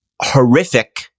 horrific